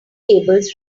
tables